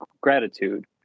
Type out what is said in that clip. gratitude